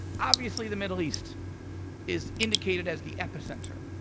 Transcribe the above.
obviously the middle east is indicated as the epicenter.